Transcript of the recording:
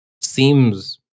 seems